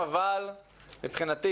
אבל מבחינתי